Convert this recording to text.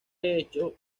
hecho